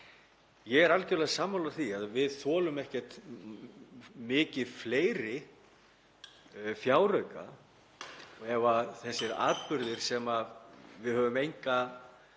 ég er algerlega sammála því að við þolum ekkert mikið fleiri fjárauka og ef þessir atburðir halda áfram sem við höfum enga